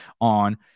on